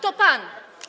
To pan.